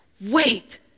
Wait